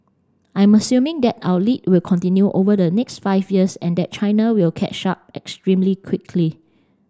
I'm assuming that our lead will continue over the next five years and that China will catch up extremely quickly